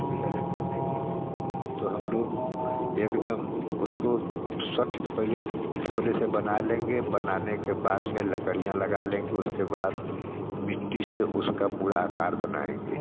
विसर्जन करने के लिए तो हम लोग एकदम उसको स्वक्षित पहले पुअले से बना लेंगे बनाने के बाद में लकड़ियाँ लगा लेंगे उसके बाद मिट्टी से उसका पूरा आकार बनाएँगे